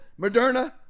Moderna